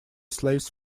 slaves